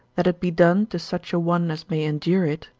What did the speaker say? that it be done to such a one as may endure it,